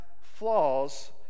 flaws